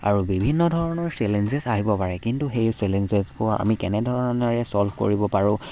আৰু বিভিন্ন ধৰণৰ চেলেঞ্জেছ আহিব পাৰে কিন্তু সেই চেলেঞ্জেছবোৰ আমি কেনেধৰণেৰে ছ'ল্ভ কৰিব পাৰো